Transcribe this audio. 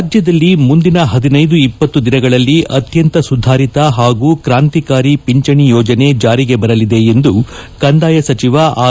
ರಾಜ್ಲದಲ್ಲಿ ಮುಂದಿನ ಹದಿನೈದು ಇಪ್ಪತ್ತು ದಿನಗಳಲ್ಲಿ ಅತ್ಸಂತ ಸುಧಾರಿತ ಹಾಗೂ ಕ್ರಾಂತಿಕಾರಿ ಪಿಂಚಣಿ ಯೋಜನೆ ಜಾರಿಗೆ ಬರಲಿದೆ ಎಂದು ಕಂದಾಯ ಸಚಿವ ಆರ್